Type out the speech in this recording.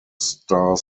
star